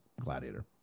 Gladiator